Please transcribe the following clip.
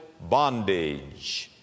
bondage